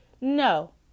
No